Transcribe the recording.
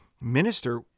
minister